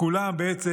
כולם בעצם,